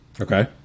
Okay